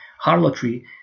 harlotry